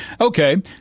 Okay